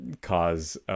cause